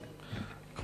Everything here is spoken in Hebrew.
תודה,